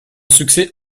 succès